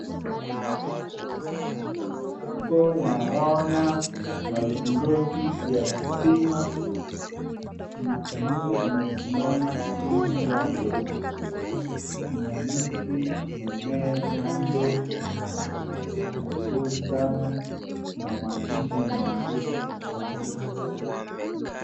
Hapo naona mlingoti ya stima na mtu amesimama chini yake. Kuna miti imemea kando nzuri sana, kuna maandishi imeandikwa.